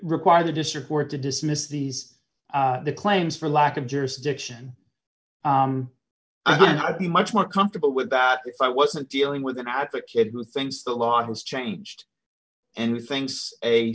require the district court to dismiss these claims for lack of jurisdiction i'd be much more comfortable with that if i wasn't dealing with an advocate who thinks the law has changed and thinks a